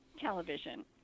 television